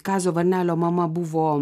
kazio varnelio mama buvo